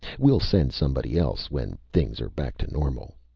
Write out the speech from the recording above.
we'll send somebody else when things are back to normal.